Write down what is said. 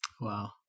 Wow